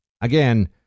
again